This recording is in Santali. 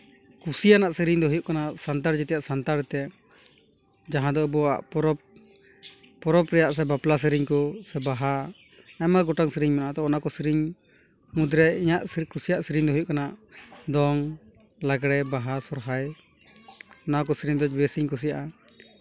ᱠᱩᱥᱤᱭᱟᱱᱟᱜ ᱥᱤᱨᱤᱧ ᱫᱚ ᱦᱩᱭᱩᱜ ᱠᱟᱱᱟ ᱥᱟᱱᱛᱟᱲ ᱡᱟᱛᱤᱭᱟᱜ ᱥᱟᱱᱛᱟᱲ ᱛᱮ ᱡᱟᱦᱟᱸ ᱫᱚ ᱟᱵᱚᱣᱟᱜ ᱯᱚᱨᱚᱵᱽ ᱯᱚᱨᱚᱵᱽ ᱨᱮᱭᱟᱜ ᱥᱮ ᱵᱟᱯᱞᱟ ᱥᱮᱨᱮᱧ ᱠᱚ ᱥᱮ ᱵᱟᱦᱟ ᱟᱭᱢᱟ ᱜᱚᱴᱟᱝ ᱥᱮᱨᱮᱧ ᱢᱮᱱᱟᱜᱼᱟ ᱛᱚ ᱚᱱᱟ ᱠᱚ ᱥᱮᱨᱮᱧ ᱢᱩᱫᱽ ᱨᱮ ᱤᱧᱟᱹᱜ ᱠᱩᱥᱤᱭᱟᱜ ᱥᱤᱨᱤᱧ ᱫᱚ ᱦᱩᱭᱩᱜ ᱠᱟᱱᱟ ᱫᱚᱝ ᱞᱟᱜᱽᱬᱮ ᱵᱟᱦᱟ ᱥᱚᱦᱚᱨᱟᱭ ᱚᱱᱟ ᱠᱚ ᱥᱤᱨᱤᱧ ᱫᱚ ᱵᱮᱥᱤᱧ ᱠᱩᱥᱤᱭᱟᱜᱼᱟ